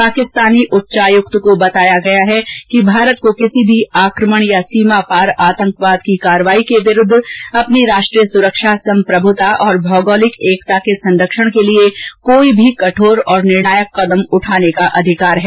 पाकिस्तानी उच्चायुक्त को बताया गया है कि भारत को किसी भी आक्रमण या सीमा पार आतंकवाद की कार्रवाई के विरुद्ध अपनी राष्ट्रीय सुरक्षा सम्प्रभृता और भौगोलिक एकता के सरक्षण के लिए कोई भी कठोर और निर्णायक कदम उठाने का अधिकार है